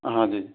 हाँ जी